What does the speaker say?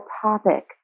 topic